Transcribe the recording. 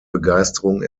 begeisterung